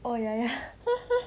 oh ya ya